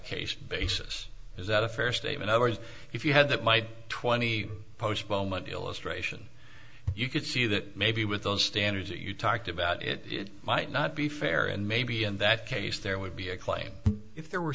case basis is that a fair statement of ours if you had that might twenty postponement illustration you could see that maybe with those standards that you talked about it might not be fair and maybe in that case there would be a claim if there were